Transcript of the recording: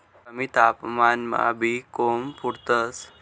कमी तापमानमा बी ले कोम फुटतंस